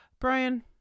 Brian